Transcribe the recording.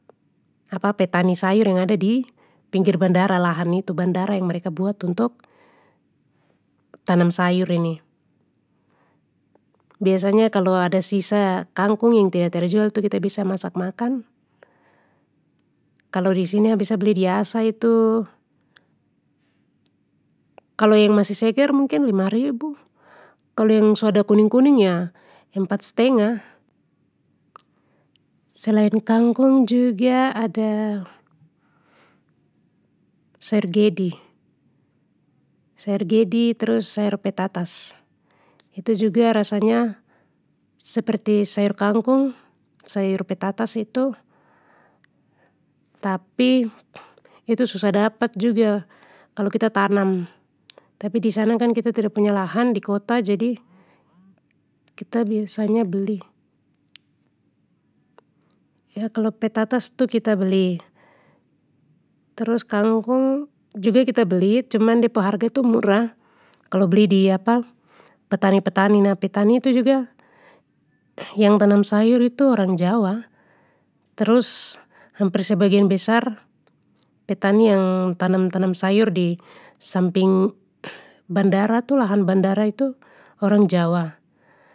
Apa petani sayur yang ada di, pinggir bandara lahan itu bandara yang mereka buat untuk, tanam sayur ini. Biasanya kalo ada sisa kangkung yang tida terjual itu kita biasa masak makan. Kalo disini ha biasa beli di asa tu, kalo yang masih seger mungkin lima ribu, kalo yang su ada kuning kuning ya empat stengah. Selain kangkung juga ada, sayur gedi, sayur gedi trus sayur petatas, itu juga rasanya seperti sayur kangkung sayur petatas itu. Tapi, itu susah dapat juga kalo kita tanam, tapi disana kan kita tida punya lahan di kota jadi, kita biasanya beli. Ya, kalau petatas itu kita beli, terus kangkung, juga kita beli cuman de pu harga itu murah, kalo beli di petani petani, nah petani itu juga yang tanam sayur itu orang jawa, terus hampir sebagian besar petani yang tanam tanam sayur di, samping, bandara lahan bandara tu orang jawa.